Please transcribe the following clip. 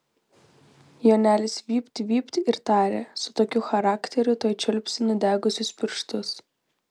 jonelis vypt vypt ir tarė su tokiu charakteriu tuoj čiulpsi nudegusius pirštus